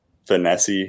Finesse